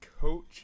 Coach